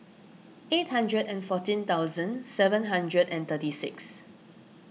eight hundred and fourteen thousand seven hundred and thirty six